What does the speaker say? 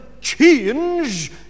change